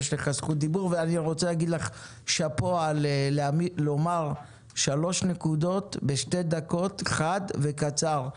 אני רוצה להגיד לך שאפו על לומר שלוש נקודות בשתי דקות חד וקצר.